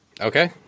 Okay